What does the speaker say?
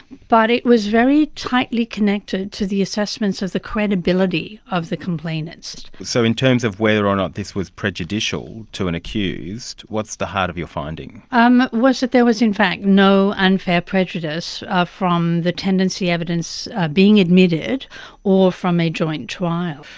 but it was very tightly connected to the assessments of the credibility of the complainants. so in terms of whether or not this was prejudicial to an accused, what's the heart of your finding? it um was that there was in fact no unfair prejudice from the tendency evidence being admitted or from a joint trial.